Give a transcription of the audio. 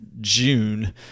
June